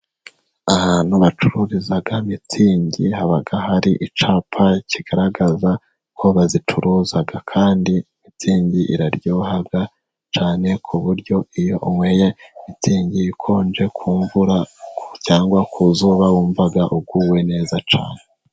Ahantu bacururiza mitsingi haba hari icyapa kigaragaza ko bazicuruza, kandi mitsingi iraryoha cyane ku buryo iyo unyweye mitsingi ikonje ku mvura, cyangwa kuzuba wumva uguwe neza cyane.